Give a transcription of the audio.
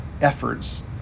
efforts